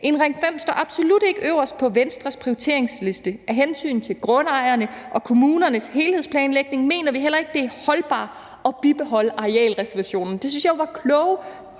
»En Ring 5 står absolut ikke øverst på Venstres prioriteringsliste. Af hensyn til grundejere og kommunernes helhedsplanlægning mener vi heller ikke, det er holdbart at bibeholde arealreservationerne.« Det syntes jeg var kloge